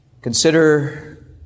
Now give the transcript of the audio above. Consider